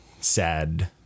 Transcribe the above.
sad